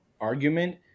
argument